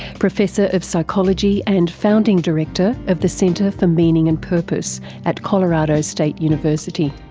professor of psychology and founding director of the centre for meaning and purpose at colorado state university.